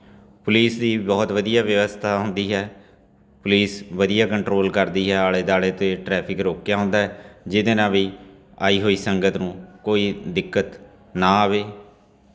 police ਦੀ ਬਹੁਤ ਵਧੀਆ ਵਿਵਸਥਾ ਹੁੰਦੀ ਹੈ ਪੁਲਿਸ ਵਧੀਆ ਕੰਟਰੋਲ ਕਰਦੀ ਹੈ ਆਲੇ ਦੁਆਲੇ ਅਤੇ ਟਰੈਫਿਕ ਰੋਕਿਆ ਹੁੰਦਾ ਜਿਹਦੇ ਨਾਲ ਵੀ ਆਈ ਹੋਈ ਸੰਗਤ ਨੂੰ ਕੋਈ ਦਿੱਕਤ ਨਾ ਆਵੇ